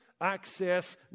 Access